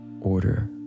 Order